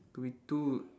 two be two